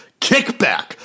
kickback